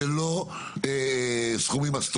אבל אני מודיע לך שזה לא סכומים אסטרונומיים.